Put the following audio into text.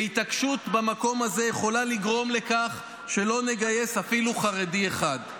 והתעקשות במקום הזה יכולה לגרום לכך שלא נגייס אפילו חרדי אחד.